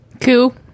cool